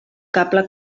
cable